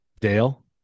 Dale